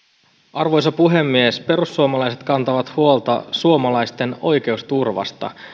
arvoisa puhemies perussuomalaiset kantavat huolta suomalaisten oikeusturvasta